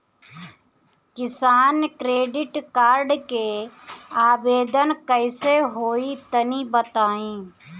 किसान credit card के आवेदन कईसे होई तनि बताई?